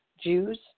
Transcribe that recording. Jews